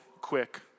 quick